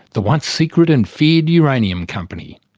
the once secret and feared uranium company.